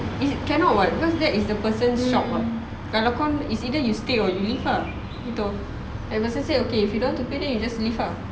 is cannot [what] cause that is the person's shop [what] kalau kau it's either you stay or leave ah gitu if the person say okay if you don't want pay then you leave ah